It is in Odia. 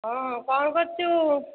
ହ୍ୟାଲୋ ହଁ କ'ଣ କରୁଛୁ